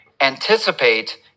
anticipate